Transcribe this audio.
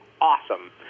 awesome